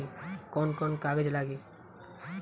कौन कौन कागज लागी?